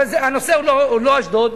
אבל הנושא הוא לא אשדוד,